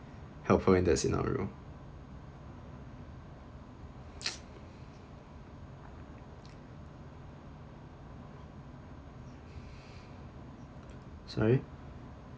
help her in that scenario sorry